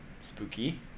Spooky